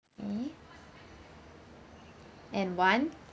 eh and one